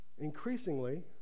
Increasingly